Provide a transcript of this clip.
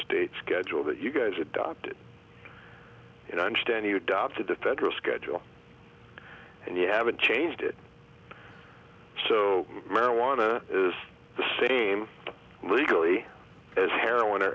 state schedule that you guys adopted and i understand he adopted a federal schedule and you haven't changed it so marijuana is the same legally as heroin or